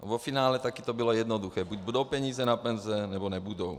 Ve finále to bylo jednoduché buď budou peníze na penze, nebo nebudou.